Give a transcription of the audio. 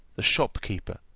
the shopkeeper,